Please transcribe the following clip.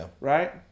right